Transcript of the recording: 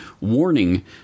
warning